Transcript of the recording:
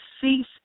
cease